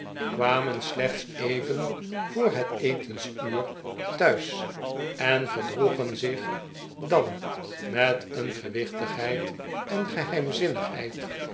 kwamen slechts even voor het etensuur thuis en gedroegen zich dan met een gewichtigheid en geheimzinnigheid